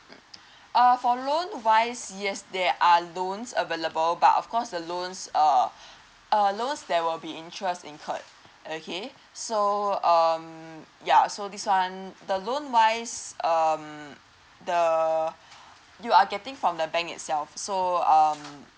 uh for loan wise yes there are loans available but of course the loans err err loan there will be interest incurred okay so um ya so this one the loan wise um the you are getting from the bank itself so um